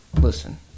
Listen